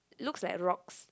looks like rocks